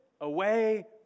away